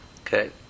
Okay